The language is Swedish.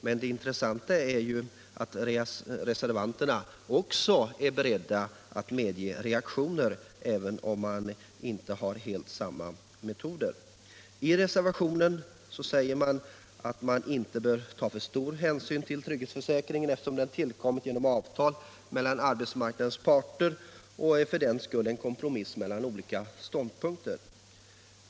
Men det intressanta är att de socialdemokratiska reservanterna också är beredda att medge reaktioner, även om de inte förespråkar precis samma metoder. I reservationen sägs att man inte bör ta för stor hänsyn till trygghetsförsäkringen, eftersom den har tillkommit genom avtal mellan arbetsmarknadens parter och därför är en kompromiss mellan olika ståndpunkter.